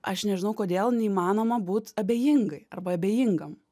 aš nežinau kodėl neįmanoma būt abejingai arba abejingam